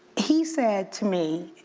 he said to me,